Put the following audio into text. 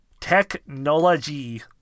Technology